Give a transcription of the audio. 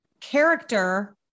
character